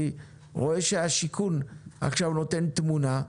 אני רואה שמשרד השיכון עכשיו נותן תמונה,